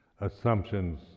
assumptions